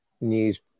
news